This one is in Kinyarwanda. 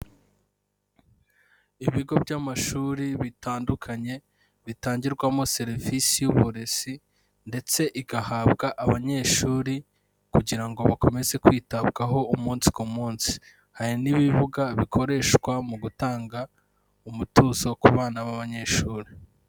Ibigo by'amashuri bitandukanye bitangirwamo serivisi y'uburezi ndetse igahabwa abanyeshuri kugira ngo bakomeze kwitabwaho umunsi ku munsi, hari n'ibibuga bikoreshwa mu gutanga umutuzo ku bana b'abanyeshuri.